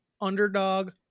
underdog